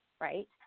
right